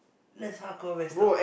that's hardcore messed up